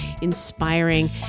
inspiring